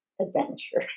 adventure